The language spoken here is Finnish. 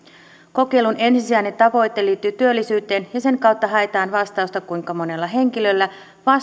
kokeilun ensisijainen tavoite liittyy työllisyyteen ja sen kautta haetaan vastausta siihen kuinka monella henkilöllä